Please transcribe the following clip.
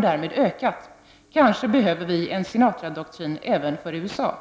därmed ökat. Kanske behövs en Sinatradoktrin även för USA.